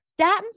Statins